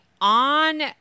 On